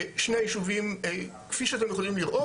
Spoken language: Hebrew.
שני היישובים כפי שאתם יכולים לראות,